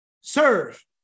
Serve